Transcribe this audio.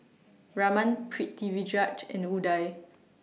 Raman Pritiviraj and Udai